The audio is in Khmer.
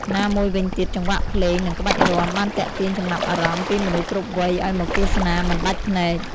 ណាមួយវិញទៀតចង្វាក់ភ្លេង និងក្បាច់រាំ បានទាក់ទាញចំណាប់អារម្មណ៍ពីមនុស្សគ្រប់វ័យឲ្យមកទស្សនាមិនដាច់ភ្នែក។